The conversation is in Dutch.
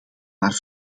maar